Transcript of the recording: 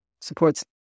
supports